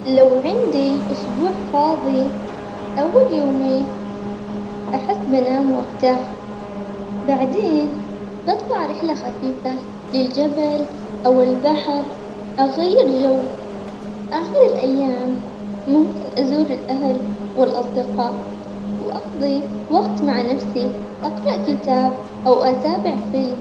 لو عندي أسبوع فاضي أول يومين أحس بنام وأرتاح، بعدين بطلع رحلة خفيفة للجبل أو البحر أغير جو، آخر الأيام ممكن أزور الأهل والأصدقاء وأقضي وقت مع نفسي أقرأ كتاب أو أتابع فيلم.